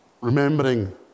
remembering